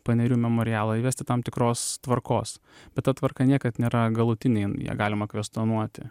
panerių memorialą įvesti tam tikros tvarkos bet ta tvarka niekad nėra galutinė jin ją galima kvestionuoti